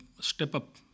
step-up